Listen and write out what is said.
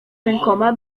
rękoma